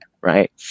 right